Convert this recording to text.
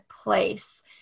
place